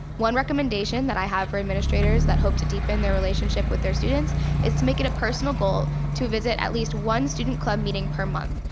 one recommendation that i have for administrators that hope to deepen their relationship with their students is to make it a personal goal to visit at least one student club meeting per month,